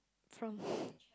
from